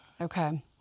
Okay